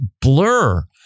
blur